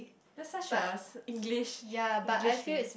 that's such a English English name